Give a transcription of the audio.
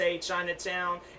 Chinatown